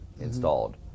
installed